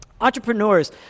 Entrepreneurs